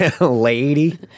lady